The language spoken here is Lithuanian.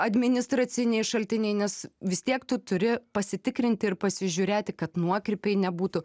administraciniai šaltiniai nes vis tiek tu turi pasitikrinti ir pasižiūrėti kad nuokrypiai nebūtų